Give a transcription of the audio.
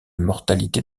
mortalité